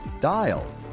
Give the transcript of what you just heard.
dial